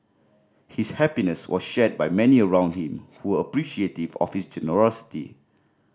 his happiness was shared by many around him who were appreciative of his generosity